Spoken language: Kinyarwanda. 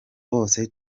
bose